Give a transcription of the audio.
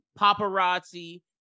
paparazzi